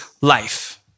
life